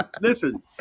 listen